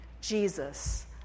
Jesus